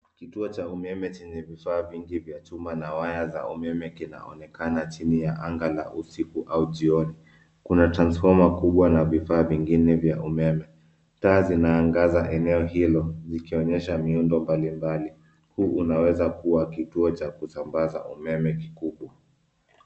Kituo cha umeme chenye vifaa vingi vya chuma na waya za umeme kinaonekana chini ya anga la usiku au jioni. Kuna transformer kubwa na vifaa vingine vya umeme. Taa zinaangaza eneo hilo zikionyesha miundo mbali mbali. Huu unaweza kuwa kituo cha kusambaza umeme kikubwa.